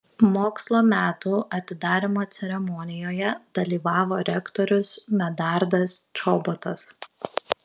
mokslo metų atidarymo ceremonijoje dalyvavo rektorius medardas čobotas